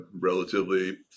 relatively